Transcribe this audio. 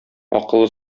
акыллы